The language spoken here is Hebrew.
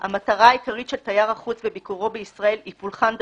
המטרה העיקרית של תייר החוץ בביקורו בישראל היא פולחן דתי,